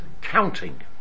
counting